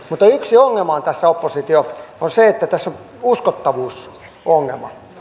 mutta yksi ongelma tässä oppositio on se että tässä on uskottavuusongelma